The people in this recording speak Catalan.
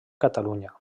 catalunya